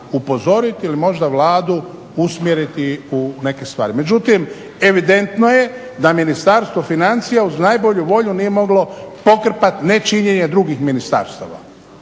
upozoriti ili možda Vladu usmjeriti u neke stvari. Međutim, evidentno je da Ministarstvo financija uz najbolju volju nije moglo pokrpati nečinjenje drugih ministarstava.